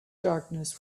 darkness